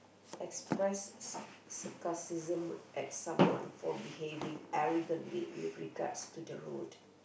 express s~ sarcasm at someone for behaving arrogantly with regards to the road